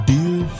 Dear